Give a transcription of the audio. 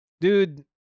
dude